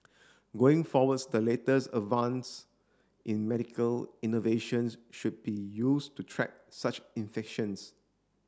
going forwards the latest advance in medical innovations should be used to track such infections